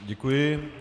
Děkuji.